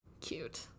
Cute